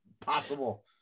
possible